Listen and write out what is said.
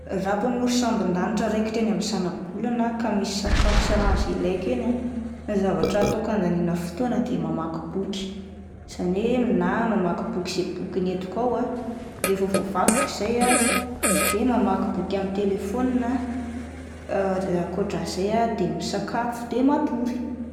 Raha mpamory sambon-danitra raikitra eny amin'ny zanabolana ka misy sakafo sy rano izay ilaiko eny ah, ny zavatra ataoko handaniana fotoana dia mamaky boky izany hoe na mamaky boky izay boky nentiko ao ah, rehefa voavakiko izay ah de mamaky boky amin'ny telefona, akoatran'izay ah de misakafo de matory.